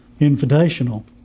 Invitational